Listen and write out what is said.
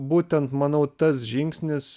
ir būtent manau tas žingsnis